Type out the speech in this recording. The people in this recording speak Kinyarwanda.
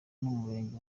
n’umurenge